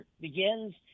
begins